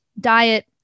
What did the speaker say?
diet